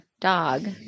dog